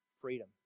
freedom